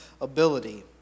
ability